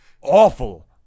awful